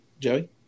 Joey